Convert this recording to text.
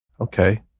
okay